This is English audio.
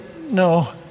No